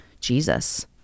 Jesus